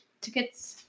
tickets